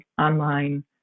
online